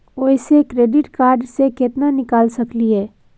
ओयसे credit card से केतना निकाल सकलियै?